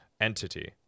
entity